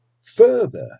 further